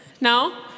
No